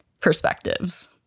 perspectives